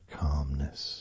calmness